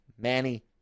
Manny